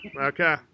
Okay